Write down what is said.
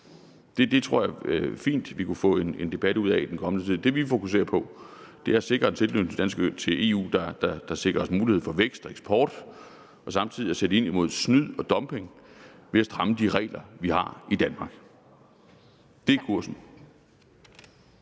Det tror jeg fint vi kunne få en debat ud af i den kommende tid. Det, vi fokuserer på, er at sikre en tilknytning til EU, der sikrer os mulighed for vækst og eksport, og samtidig skal vi sætte ind imod snyd og dumping ved at stramme de regler, vi har i Danmark. Det er kursen.